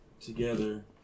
together